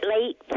Late